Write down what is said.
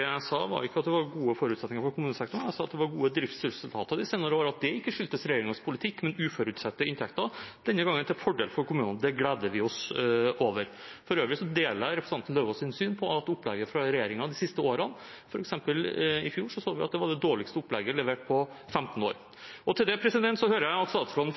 jeg sa, var ikke at det var gode forutsetninger for kommunesektoren. Jeg sa at det har vært gode driftsresultater de senere år, og at det ikke skyldes regjeringens politikk, men uforutsette inntekter – denne gangen til fordel for kommunene. Det gleder vi oss over. For øvrig deler jeg representanten Lauvås’ syn på opplegget fra regjeringen de siste årene, f.eks. så vi i fjor at det var det dårligste opplegget levert på 15 år. Til det hører jeg at statsråden